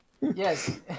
Yes